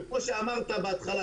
וכמו שאמרת בהתחלה,